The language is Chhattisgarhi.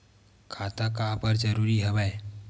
खाता का बर जरूरी हवे?